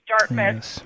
Dartmouth